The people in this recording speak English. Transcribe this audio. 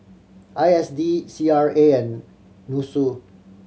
I S D C R A and NUSSU